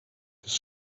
his